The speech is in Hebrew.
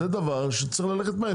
זה דבר שצריך ללכת מהר,